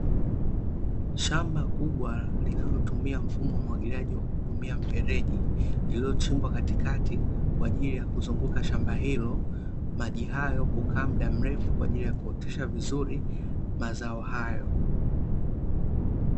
Shamba kubwa linalotumia mfumo wa umwagiliaji wa kutumia mfereji, lililochimbwa katikati kwaajili ya kuzunguka shamba hilo, maji hayo kukaa mda mrefu kwaajili ya kuotesha vizuri mazao hayo.